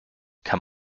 kann